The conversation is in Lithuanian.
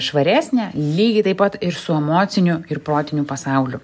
švaresnė lygiai taip pat ir su emociniu ir protiniu pasauliu